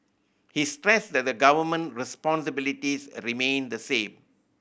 he stressed that the Government responsibilities remain the same